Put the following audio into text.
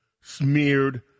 smeared